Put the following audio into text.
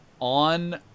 On